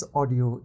audio